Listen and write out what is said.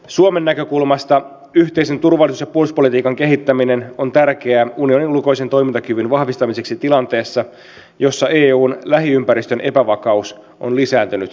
suomen näkökulmasta yhteisen turvallisuus ja puolustuspolitiikan kehittäminen on tärkeää unionin ulkoisen toimintakyvyn vahvistamiseksi tilanteessa jossa eun lähiympäristön epävakaus on lisääntynyt merkittävästi